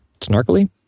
Snarkily